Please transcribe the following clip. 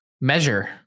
measure